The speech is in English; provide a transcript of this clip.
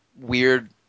weird